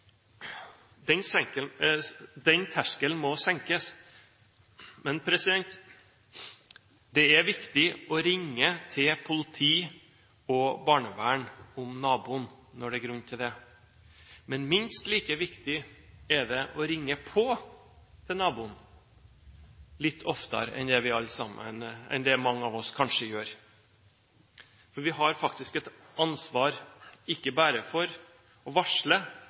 ringe til politiet og barnevern om naboen når det er grunn til det, men minst like viktig er det å ringe på hos naboen litt oftere enn det mange av oss kanskje gjør. For vi har faktisk et ansvar, ikke bare for å varsle,